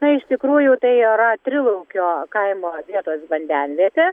na iš tikrųjų tai yra trilaukio kaimo vietos vandenvietė